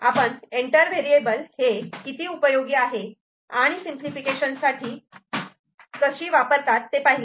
आपण enter variable हे किती उपयोगी आहे आणि सिंपलिफिकेशन साठी कशी वापरतात ते पाहिले